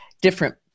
different